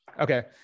Okay